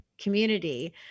community